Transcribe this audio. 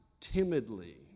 timidly